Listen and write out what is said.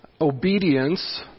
obedience